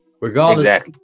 regardless